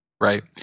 Right